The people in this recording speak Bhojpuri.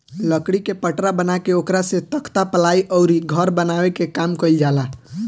लकड़ी के पटरा बना के ओकरा से तख्ता, पालाइ अउरी घर बनावे के काम कईल जाला